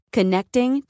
Connecting